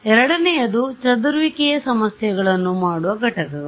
ಎರಡನೆಯದು ಚದುರುವಿಕೆಯ ಸಮಸ್ಯೆಗಳನ್ನು ಮಾಡುವ ಘಟಕಗಳು